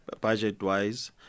budget-wise